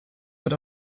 wird